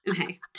Okay